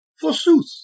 Forsooth